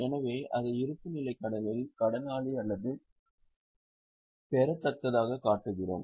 எனவே அதை இருப்புநிலைக் கடனில் கடனாளி அல்லது கடன் பெறத்தக்கதாகக் காட்டுகிறோம்